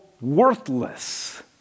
worthless